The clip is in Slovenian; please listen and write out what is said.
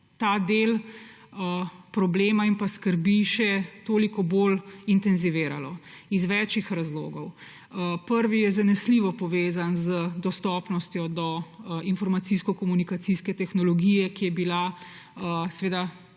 ta del problema in skrbi še toliko bolj intenziviralo iz več razlogov. Prvi je zanesljivo povezan z dostopnostjo do informacijsko-komunikacijske tehnologije, ki je bila